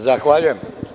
Zahvaljujem.